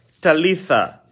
Talitha